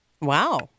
Wow